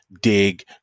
dig